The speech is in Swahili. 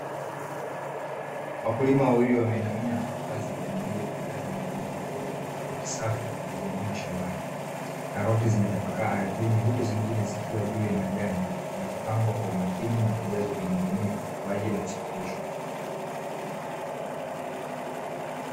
Wakulima wawili wameinamia ngazi kwa bidii wakijaza magunia makubwa kwa karoti safi zilizovunwa shambani. Karoti zimetapakaa ardhini huku zingine zikiwa juu ya majani zikipangwa kwa umakini na kujazwa kwenye magunia kwa ajili ya kusafirishwa.